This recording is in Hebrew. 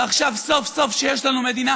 ועכשיו סוף-סוף, כשיש לנו מדינה,